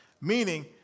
Meaning